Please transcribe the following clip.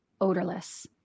odorless